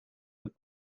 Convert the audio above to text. that